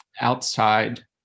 outside